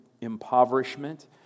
impoverishment